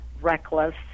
reckless